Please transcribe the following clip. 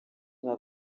nka